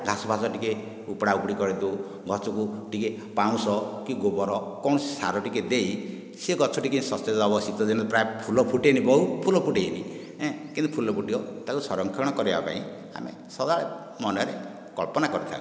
ଘାସଫାସ ଟିକିଏ ଉପୁଡ଼ା ଉପୁଡ଼ି କରିଦେଉ ଗଛକୁ ଟିକିଏ ପାଉଁଶ କି ଗୋବର କୌଣସି ସାର ଟିକିଏ ଦେଇ ସେ ଗଛଟିକି ସତେଜ ହେବ ଶୀତଦିନେ ପ୍ରାୟ ଫୁଲ ଫୁଟେନି ବହୁତ ଫୁଲ ଫୁଟେନି ଏଁ କିନ୍ତୁ ବହୁତ ଫୁଲ ଫୁଟିବ ତାକୁ ସଂରକ୍ଷଣ କରିବା ପାଇଁ ଆମେ ସଦା ମନରେ କଳ୍ପନା କରିଥାଉ